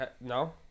No